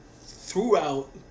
throughout